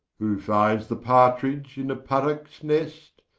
who finds the partridge in the puttocks nest,